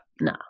No